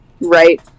right